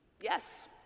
Yes